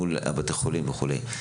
מול בתי החולים וכו'.